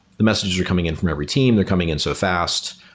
the messages were coming in from every team. they're coming in so fast.